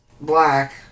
black